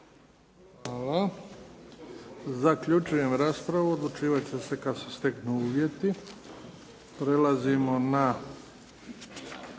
Hvala. Zaključujem raspravu. Odlučivati će se kad se steknu uvjeti. **Bebić, Luka